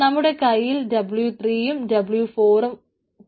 നമ്മുടെ കൈയിൽ w3 യും W4 ഉം കൂടി ഉണ്ട്